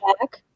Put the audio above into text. back